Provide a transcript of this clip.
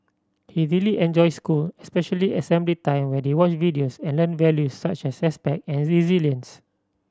he really enjoys school especially assembly time where they watch videos and learn values such as respect and resilience